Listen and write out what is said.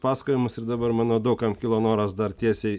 pasakojimus ir dabar manau daug kam kilo noras dar tiesiai